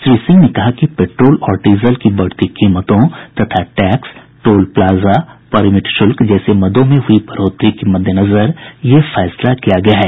श्री सिंह ने कहा कि पेट्रोल और डीजल की बढ़ती कीमतों तथा टैक्स टोल प्लाजा परमिट शुल्क जैसे मदों में हुई बढ़ोतरी के मद्देनजर यह फैसला किया गया है